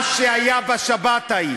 מה שהיה בשבת ההיא,